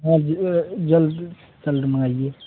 हाँ ज जल्द जल्द मंगाइए